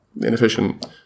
inefficient